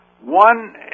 One